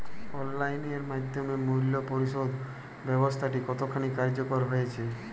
Online এর মাধ্যমে মূল্য পরিশোধ ব্যাবস্থাটি কতখানি কার্যকর হয়েচে?